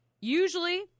usually